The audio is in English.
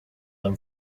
them